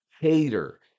hater